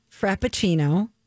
frappuccino